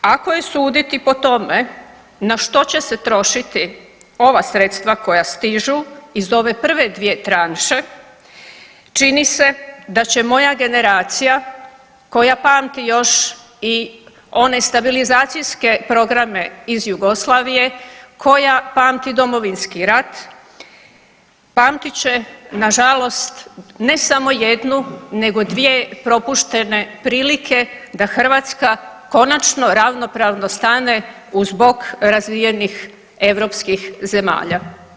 Ako je suditi po tome, na što će se trošiti ova sredstva koja stižu iz ove prve dvije tranše, čini se da će moja generacija koja pamti još i one stabilizacijske programe iz Jugoslavije, koja pamti Domovinski rat, pamtit će nažalost, ne samo jednu nego dvije propuštene prilike da Hrvatska konačno ravnopravno stane uz bok razvijenih europskih zemalja.